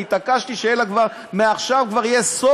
אני התעקשתי שיהיה לה כבר מעכשיו סוף,